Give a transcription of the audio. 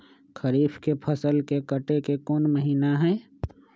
खरीफ के फसल के कटे के कोंन महिना हई?